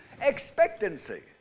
Expectancy